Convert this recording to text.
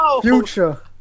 Future